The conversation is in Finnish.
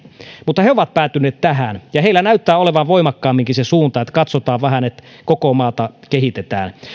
mutta he ovat päätyneet tähän ja heillä näyttää olevan voimakkaamminkin se suunta että katsotaan vähän että koko maata kehitetään